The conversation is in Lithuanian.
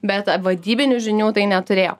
bet vadybinių žinių tai neturėjo